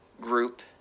group